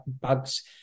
bugs